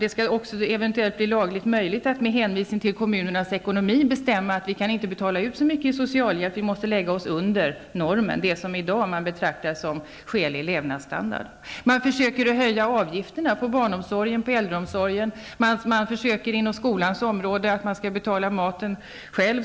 Det skall också eventuellt bli lagligt möjligt att med hänvisning till kommunernas ekonomi besluta att de inte kan betala ut så mycket i socialhjälp. Bidraget kommer att ligga under normen, det som i dag betraktas som skälig levnadsstandard. Man försöker att höja avgifterna inom barnomsorgen och äldreomsorgen. På skolans område försöker man införa att eleverna själva